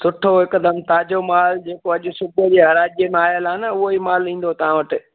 सुठो हिकदमि ताज़ो माल जेको अॼु सुबुहु जे में आयल आहे न उहेई माल ईंदो तव्हां वटि